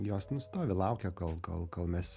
jos nu stovi laukia kol kol kol mes